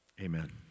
amen